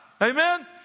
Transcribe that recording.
Amen